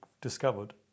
discovered